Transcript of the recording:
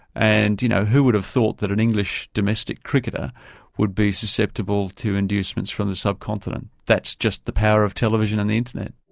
and you know, who would have thought that an english domestic cricketer would be susceptible to inducements from the subcontinent? that's just the power of television and the internet.